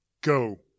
Go